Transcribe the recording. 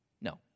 no